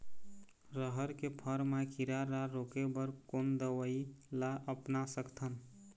रहर के फर मा किरा रा रोके बर कोन दवई ला अपना सकथन?